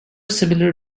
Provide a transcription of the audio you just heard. similar